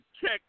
check